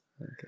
Okay